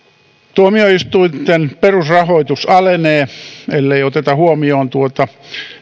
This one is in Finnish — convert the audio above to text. tuomioistuinten perusrahoitus alenee ellei oteta huomioon tuota